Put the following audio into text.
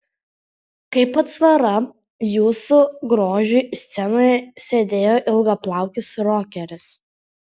kaip atsvara jūsų grožiui scenoje sėdėjo ilgaplaukis rokeris